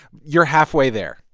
you're halfway there,